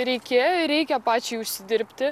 reikėjo ir reikia pačiai užsidirbti